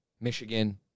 Michigan